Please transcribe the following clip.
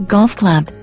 Golfclub